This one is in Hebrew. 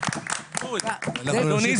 אדוני,